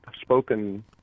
spoken